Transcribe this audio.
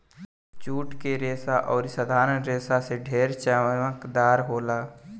जुट के रेसा अउरी साधारण रेसा से ढेर चमकदार होखेला